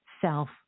self